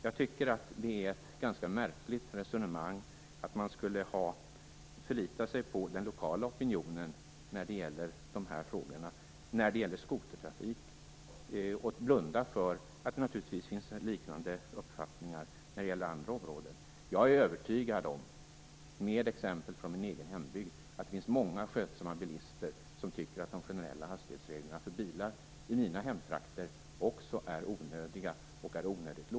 Jag tycker att det är ett ganska märkligt resonemang att säga att man skulle förlita sig på den lokala opinionen när det gäller skotertrafik, och blunda för att det naturligtvis finns liknande uppfattningar när det gäller andra områden. Jag är övertygad om att det finns många skötsamma bilister som tycker att de generella hastighetsreglerna för bilar i mina hemtrakter också är onödiga och att de är onödigt låga.